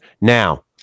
Now